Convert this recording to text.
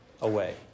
away